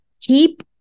keep